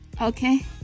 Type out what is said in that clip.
okay